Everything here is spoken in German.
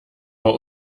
war